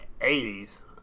80s